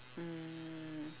mm